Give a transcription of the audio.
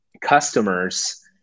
customers